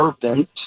servant